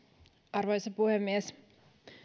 arvoisa puhemies